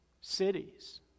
cities